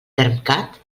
termcat